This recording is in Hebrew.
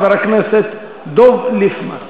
חבר הכנסת דב ליפמן.